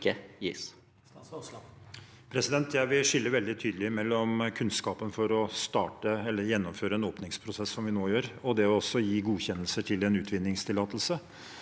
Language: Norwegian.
Jeg vil skille vel- dig tydelig mellom kunnskapen for å starte eller gjennomføre en åpningsprosess, som vi nå gjør, og det å gi godkjenning til en utvinningstillatelse.